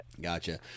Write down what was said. gotcha